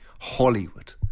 hollywood